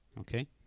okay